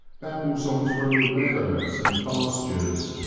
babbles on through the meadows and pastures,